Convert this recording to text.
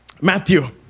Matthew